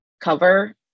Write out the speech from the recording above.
cover